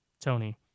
Tony